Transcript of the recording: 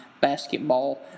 basketball